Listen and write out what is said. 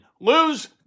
Lose